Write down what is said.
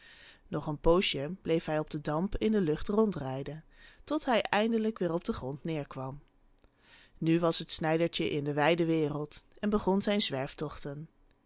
nog een poosje bleef hij op den damp in de lucht rondrijden tot hij eindelijk weêr op den grond neerkwam nu was het snijdertje in de wijde wereld en begon zijn